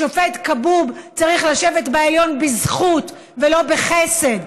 השופט כבוב צריך לשבת בעליון בזכות ולא בחסד,